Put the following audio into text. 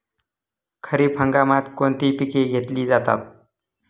खरीप हंगामात कोणती पिके घेतली जातात?